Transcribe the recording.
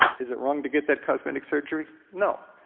is it wrong to get that cosmetic surgery? no,